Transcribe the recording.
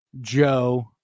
Joe